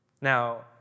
Now